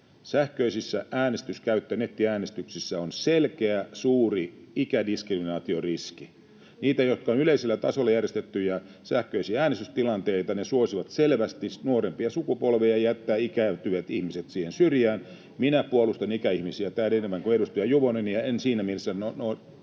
sähköisen äänestyksen käytössä, nettiäänestyksissä on selkeä, suuri ikädiskriminaatioriski. Ne, jotka ovat yleisellä tasolla järjestettyjä sähköisiä äänestystilanteita, suosivat selvästi nuorempia sukupolvia ja jättävät ikääntyvät ihmiset siihen syrjään. Minä puolustan ikäihmisiä täällä enemmän kuin edustaja Juvonen, ja en siinä mielessä